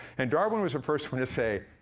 and darwin was the first one to say,